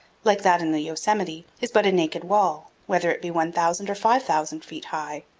like that in the yosemite, is but a naked wall, whether it be one thousand or five thousand feet high.